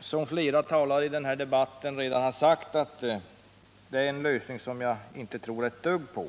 som flera talare i den här debatten redan har sagt, att det är en lösning som jag inte tror ett dugg på.